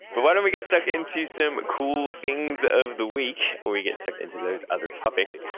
but why don't we get stuck into some cool things of the week, where we get sucked into those other topics.